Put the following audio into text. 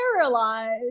paralyzed